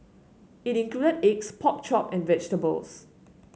it included eggs pork chop and vegetables